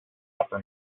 upper